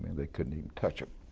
and they couldn't even touch them.